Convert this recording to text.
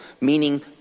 Meaning